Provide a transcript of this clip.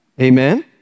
Amen